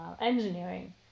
engineering